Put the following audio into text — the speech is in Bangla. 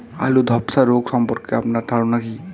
আলু ধ্বসা রোগ সম্পর্কে আপনার ধারনা কী?